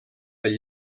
del